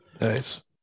nice